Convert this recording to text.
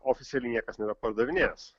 oficialiai niekas nebepardavinės